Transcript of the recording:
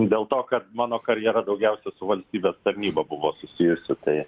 dėl to kad mano karjera daugiausia su valstybės tarnyba buvo susijusi tai